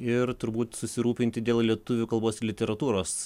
ir turbūt susirūpinti dėl lietuvių kalbos ir literatūros